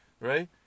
right